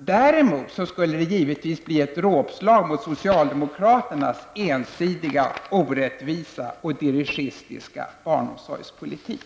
Däremot så skulle den givetvis bli ett dråpslag mot socialdemokraternas ensidiga, orättvisa och dirigistiska barnomsorgspolitik.